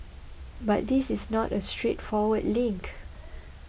but this is not a straightforward link